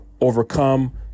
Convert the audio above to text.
overcome